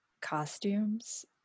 costumes